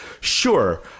sure